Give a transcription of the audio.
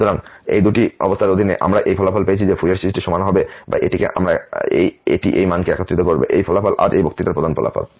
সুতরাং এই দুটি অবস্থার অধীনে আমরা এই ফলাফলটি পেয়েছি যে এই ফুরিয়ার সিরিজটি সমান হবে বা এটি এই মানকে একত্রিত করবে এই ফলাফল আজ এই বক্তৃতার প্রধান ফলাফল